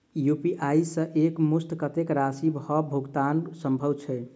UPI सऽ एक मुस्त कत्तेक राशि कऽ भुगतान सम्भव छई?